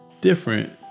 different